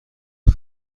اون